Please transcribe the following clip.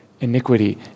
iniquity